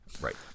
right